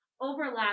Overlap